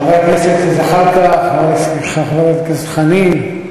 חבר הכנסת זחאלקה, חברת הכנסת חנין,